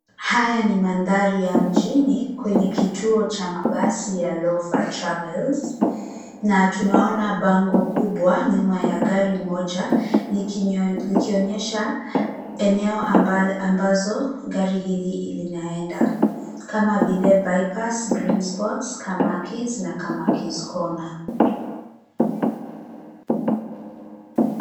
Haya ni mandhari ya mjini kwenye kituo cha mabasi ya Lofa Travels na tunaona bango kubwa nyuma ya gari moja likionyesha eneo ambazo gari hili linaenda kama vile Bypass, Greensports, Kamakis na Kamakis Corner.